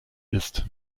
ist